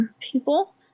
people